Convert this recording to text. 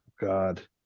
god